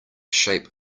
shape